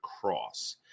Cross